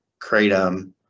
kratom